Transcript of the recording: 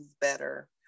better